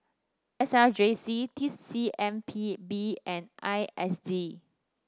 S R J C T C M P B and I S D